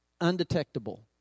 undetectable